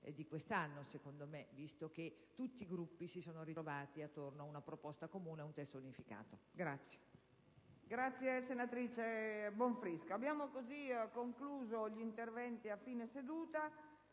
di questo anno, visto che tutti i Gruppi si sono ritrovati attorno ad una proposta comune e a un testo unificato.